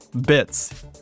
Bits